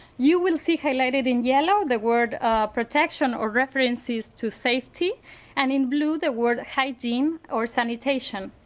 you will see highlighted in yellow the word protection or references to safety and in blue the word hygiene or sanitation.